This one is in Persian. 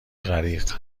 غریق